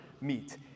meet